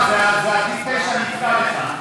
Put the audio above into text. זה, שנתקע לך.